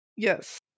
yes